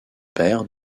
père